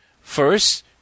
First